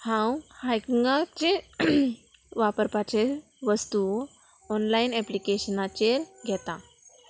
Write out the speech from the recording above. हांव हायकिंगाचे वापरपाचे वस्तू ऑनलायन एप्लिकेशनाचेर घेता